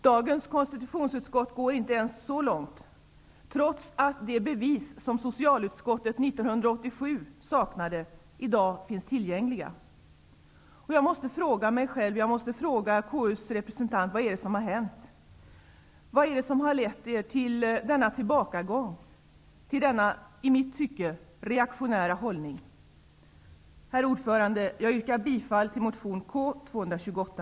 Dagens konstitutionsutskott går inte ens så långt, trots att de bevis som socialutskottet 1987 saknade finns tillgängliga i dag. Jag måste fråga KU:s ledamöter: Vad har hänt? Vad har lett er till denna tillbakagång, till er i mitt tycke reaktionära hållning? Herr talman! Jag yrkar bifall till motion K228.